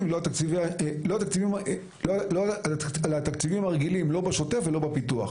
לא בשוטף ולא בפיתוח,